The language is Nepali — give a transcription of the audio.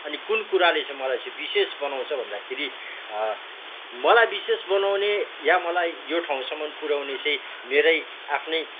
अनि कुन कुराले चाहिँ मलाई चाहिँ विशेष बनाउँछ भन्दाखेरि मलाई विशेष बनाउने या मलाई यो ठाउँसम्मन् पुऱ्याउने चाहिँ मेरै आफ्नै